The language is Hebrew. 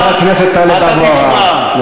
חבר הכנסת טלב אבו עראר, אתה תשמע.